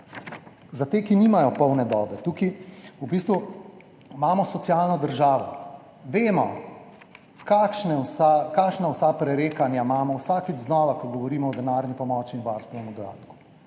Za te, ki nimajo polne dobe, tukaj v bistvu imamo socialno državo. Vemo, kakšna vsa prerekanja imamo vsakič znova, ko govorimo o denarni pomoči in varstvenem dodatku.